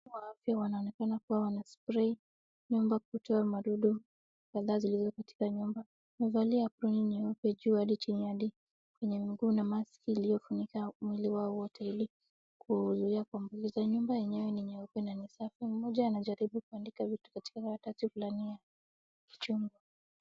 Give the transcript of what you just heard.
Wahudumu wa afya wanaonekana kuwa wana spray nyumba kutoa madudu ambazo zilizo katika nyumba, wamevalia aproni nyeupe juu hadi chini hadi kwenye miguu na mask iliyofunika mwili wao wote ili kuzuia kupuliza, nyumba yenyewe ni nyeupe na ni safi, mmoja anajaribu kuandika vitu katika karatasi fulani ya chini.